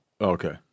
Okay